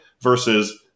versus